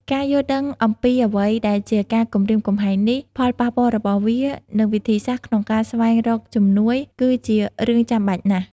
ការយល់ដឹងអំពីអ្វីដែលជាការគំរាមកំហែងនេះ ផលប៉ះពាល់របស់វា និងវិធីសាស្ត្រក្នុងការស្វែងរកជំនួយ គឺជារឿងចាំបាច់ណាស់។